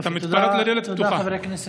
אתה מתפרץ לדלת פתוחה.